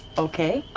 okay.